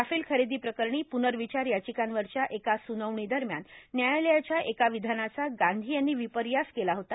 Rafale खरेदी प्रकरणी पुर्नावचार यांचकांवरच्या एका सुनावणीदरम्यान न्यायालयाच्या एका र्षावधानाचा गांधी यांनी र्विपयास केला होता